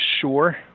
sure